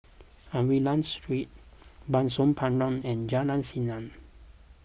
Aliwal Street Bah Soon Pah Road and Jalan Seni